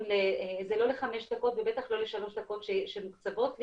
זה לא לחמש דקות ובטח שלא לשלוש דקות שמוקצבות לי,